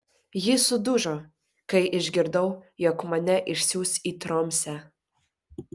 ji sudužo kai išgirdau jog mane išsiųs į tromsę